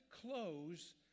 close